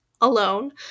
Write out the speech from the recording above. alone